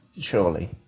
surely